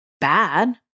bad